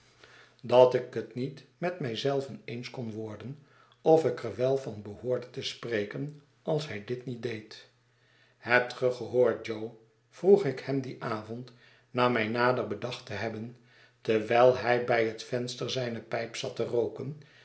dat ik het niet met mij zelven eens kon worden of ik er wel van behoorde te spreken als hij dit niet deed hebt ge gehoord jo vroeg ik hem dien avond na mij nader bedacht te hebben terwijl hij bij het venster zijne pijp zat terooken